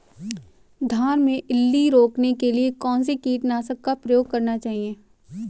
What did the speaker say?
धान में इल्ली रोकने के लिए कौनसे कीटनाशक का प्रयोग करना चाहिए?